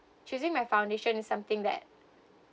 choosing my foundation is something that